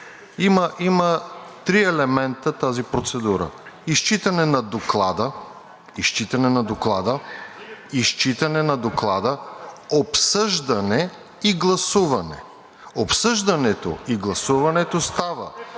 Има три елемента тази процедура – изчитане на Доклада, обсъждане и гласуване. Обсъждането и гласуването става